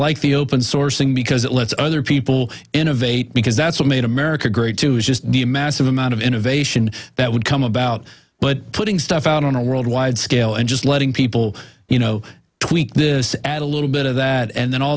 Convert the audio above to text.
like the open sourcing because it lets other people innovate because that's what made america great to just the massive amount of innovation that would come about but putting stuff out on a worldwide scale and just letting people you know tweak this add a little bit of that and then all